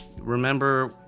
remember